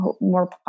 more